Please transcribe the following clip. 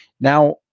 Now